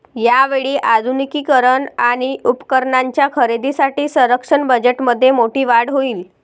यावेळी आधुनिकीकरण आणि उपकरणांच्या खरेदीसाठी संरक्षण बजेटमध्ये मोठी वाढ होईल